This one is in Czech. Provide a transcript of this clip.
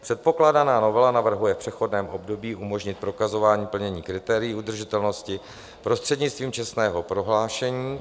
Předkládaná novela navrhuje v přechodném období umožnit prokazování plnění kritérií udržitelnosti prostřednictvím čestného prohlášení.